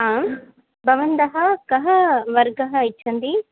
आं भवन्तः कः वर्गः इच्छन्ति